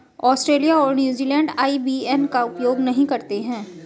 Australia और New Zealand IBAN का उपयोग नहीं करते हैं